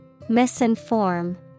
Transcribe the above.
Misinform